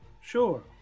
Sure